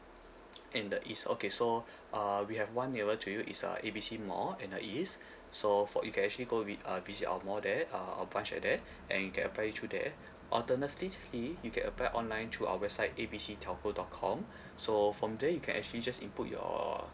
in the east okay so uh we have one nearer to you is uh A B C mall in the east so for you can actually go uh visit our mall there uh our branch at there and you can apply through there alternatively you can apply online through our website A B C telco dot com so from there you can actually just input your